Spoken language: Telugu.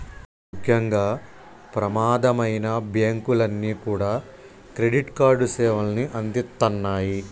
ముఖ్యంగా ప్రమాదమైనా బ్యేంకులన్నీ కూడా క్రెడిట్ కార్డు సేవల్ని అందిత్తన్నాయి